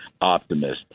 optimist